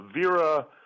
Vera